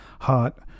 hot